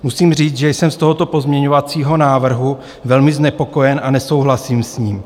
Musím říct, že jsem z tohoto pozměňovacího návrhu velmi znepokojen a nesouhlasím s ním.